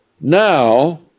now